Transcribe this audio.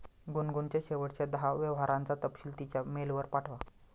गुनगुनच्या शेवटच्या दहा व्यवहारांचा तपशील तिच्या मेलवर पाठवा